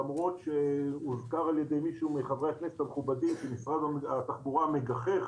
למרות שהוזכר על ידי מישהו מחברי הכנסת המכובדים שמשרד התחבורה מגחך